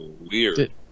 weird